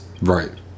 Right